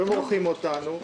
ומורחים אותנו.